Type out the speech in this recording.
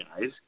guys